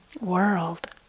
world